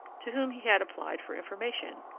to whom he had applied for information.